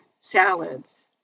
salads